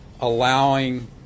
allowing